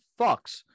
fucks